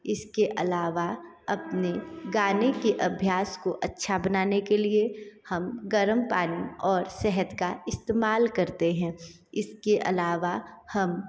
इसके अलावा अपने गाने के अभ्यास को अच्छा बनाने के लिए हम गर्म पानी और शहद का इस्तेमाल करते हैं इसके अलावा हम